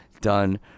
done